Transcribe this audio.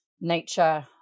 nature